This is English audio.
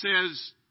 says